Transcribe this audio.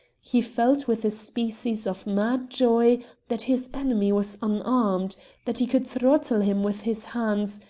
he felt with a species of mad joy that his enemy was unarmed that he could throttle him with his hands,